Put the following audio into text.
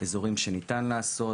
אזורים שניתן לעשות,